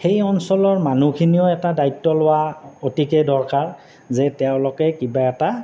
সেই অঞ্চলৰ মানুহখিনিয়েও এটা দায়িত্ব লোৱা অতিকৈ দৰকাৰ যে তেওঁলোকে কিবা এটা